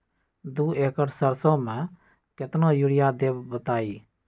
दो एकड़ सरसो म केतना यूरिया देब बताई?